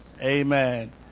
Amen